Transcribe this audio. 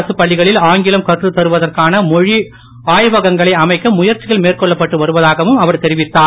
அரசுப் பள்ளிகளில் ஆங்கிலம் கற்றுத் தருவதற்கான மொழி ஆய்வகங்களை அமைக்க முயற்சிகள் மேற்கொள்ளப்பட்டு வருவதாகவும் அவர் தெரிவித்தார்